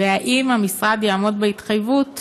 2. האם המשרד יעמוד בהתחייבות